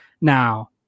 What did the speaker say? Now